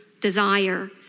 desire